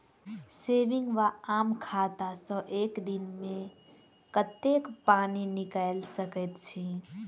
Saving वा आम खाता सँ एक दिनमे कतेक पानि निकाइल सकैत छी?